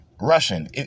Russian